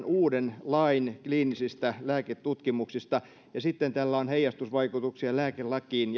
uuden lain kliinisistä lääketutkimuksista ja sitten tällä on heijastusvaikutuksia lääkelakiin